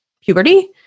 puberty